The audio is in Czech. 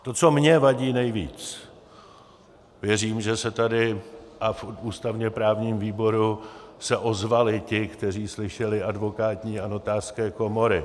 To, co mně vadí nejvíc věřím, že se tady a v ústavněprávním výboru ozvali ti, kteří slyšeli advokátní a notářské komory.